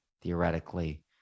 theoretically